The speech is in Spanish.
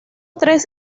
tres